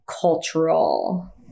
cultural